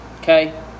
okay